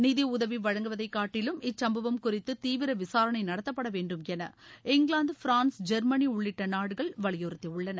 நிதியுதவி வழங்குவதைகாட்டிலும் இச்சும்பவம் குறித்து தீவிர விசாரணை நடத்தப்பட வேண்டுமென இங்கிலாந்து பிரான்ஸ் ஜெர்மனி உள்ளிட்ட நாடுகள் வலியுறுத்தியுள்ளன